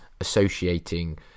associating